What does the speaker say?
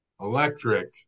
electric